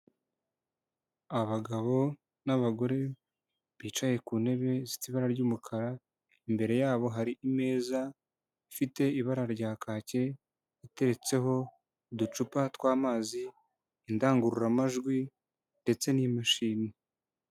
Abagabo n'abagore bicaye ku ntebe zifite ibara ry'umukara, imbere yabo hari imeza ifite ibara rya kaki iteretseho uducupa twa mazi , indangururamajwi ndetse n'imashini.